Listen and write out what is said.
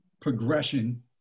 progression